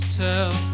tell